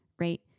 right